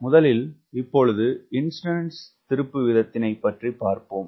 முதலில் இப்பொழுது இன்ஸ்டன்டானியஸ் திருப்பு வீதத்தினைப் பற்றி பார்ப்போம்